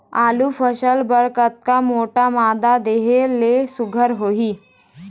आलू फसल बर कतक मोटा मादा देहे ले सुघ्घर होही?